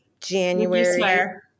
January